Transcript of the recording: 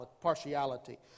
partiality